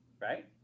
right